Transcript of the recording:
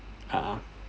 a'ah